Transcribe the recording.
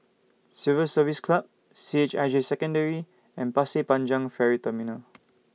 Civil Service Club C H I J Secondary and Pasir Panjang Ferry Terminal